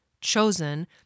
chosen